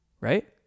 right